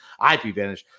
IPVanish